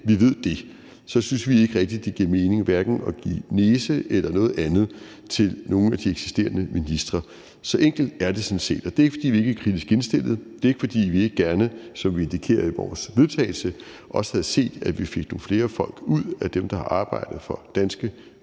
vi ved det, synes vi ikke rigtig, det giver mening hverken at give en næse eller noget andet til nogle af de eksisterende ministre. Så enkelt er det sådan set, og det er ikke, fordi vi ikke er kritisk indstillede. Det er ikke, fordi vi ikke gerne som indikeret i vores forslag til vedtagelse også havde set, at vi fik nogle flere folk ud af dem, der arbejdede for danske